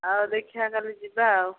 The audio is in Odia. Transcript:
ହଉ ଦେଖିବା କାଲି ଯିବା ଆଉ